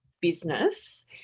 business